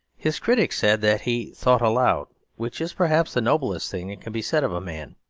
his critics said that he thought aloud which is perhaps the noblest thing that can be said of a man.